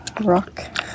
rock